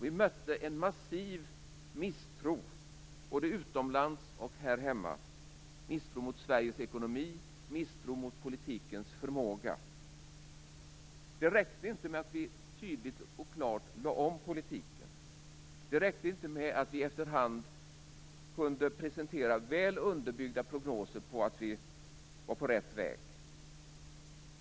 Vi mötte en massiv misstro både utomlands och här hemma mot Sveriges ekonomi och politikens förmåga. Det räckte inte med att vi tydligt och klart lade om politiken. Det räckte inte med att vi efterhand kunde presentera väl underbyggda prognoser på att vi var på rätt väg.